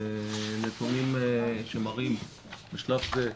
נתונים שמראים בשלב זה,